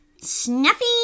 snuffy